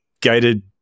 gated